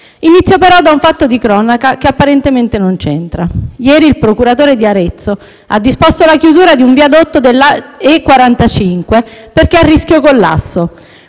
intervento da un fatto di cronaca, che apparentemente non c'entra: ieri, il procuratore di Arezzo ha disposto la chiusura di un viadotto della E45, perché a rischio collasso.